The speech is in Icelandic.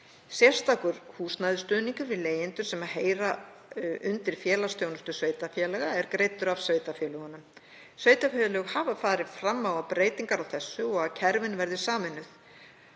Sérstakur húsnæðisstuðningur við leigjendur sem heyra undir félagsþjónustu sveitarfélaga er greiddur af sveitarfélögunum. Sveitarfélög hafa farið fram á breytingar á þessu og að kerfin verði sameinuð.